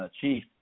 chief